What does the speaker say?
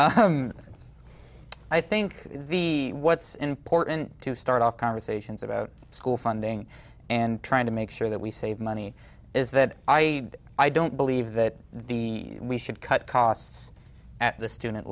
i think the what's important to start off conversations about school funding and trying to make sure that we save money is that i i don't believe that the we should cut costs at the student